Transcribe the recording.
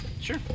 sure